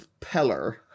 Peller